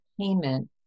payment